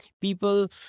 People